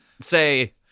say